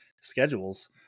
schedules